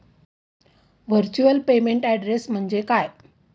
Virtual payment address म्हणजे काय?